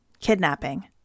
kidnapping